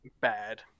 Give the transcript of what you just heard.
Bad